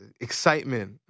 excitement